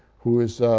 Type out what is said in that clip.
who is